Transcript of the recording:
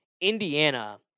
Indiana